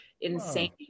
insane